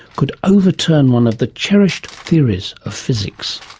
could overturn one of the cherished theories of physics.